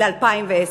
ל-2010.